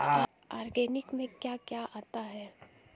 Organic में क्या क्या आता है?